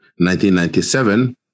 1997